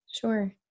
Sure